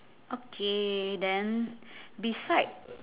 okay then beside